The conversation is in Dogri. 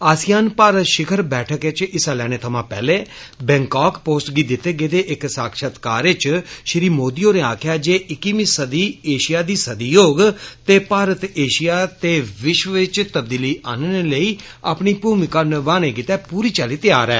आसियान भारत शिखर बैठक इच हिस्सा लैने थमां पैहले बैंकाक पोस्ट गी दिते गेदे इक्क साक्षतकार इच श्री मोदी होरें आखेया जे शवी सदी ऐशिया दी सदी होग ते भारत ऐशिया ते विश्व इच तबदीली आनने लेई अपनी भूमिका निभाने गितै पूरी चाली तैयार ऐ